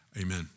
amen